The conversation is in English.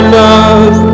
love